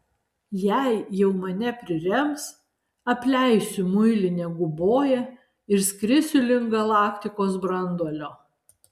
jei jau mane prirems apleisiu muilinę guboją ir skrisiu link galaktikos branduolio